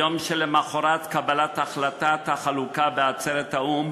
היום שלמחרת קבלת החלטת החלוקה בעצרת האו"ם,